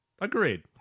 Agreed